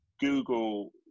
Google